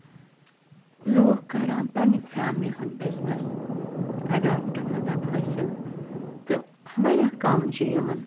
لوٗکھ کران پَنٕنہِ فیملی ہُنٛد بِزِنِس